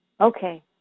Okay